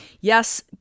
Yes